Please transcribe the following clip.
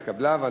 התקבלה.